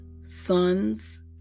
sons